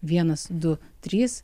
vienas du trys